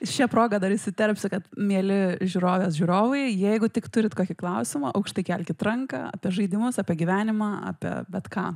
šia proga dar įsiterpsiu kad mieli žiūrovės žiūrovai jeigu tik turit kokį klausimą aukštai kelkit ranką apie žaidimus apie gyvenimą apie bet ką